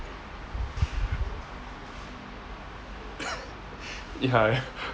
ya ya